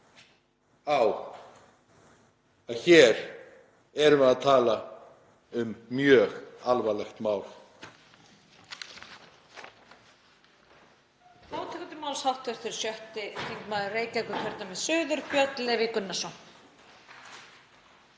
á að hér erum við að tala um mjög alvarlegt mál.